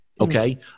Okay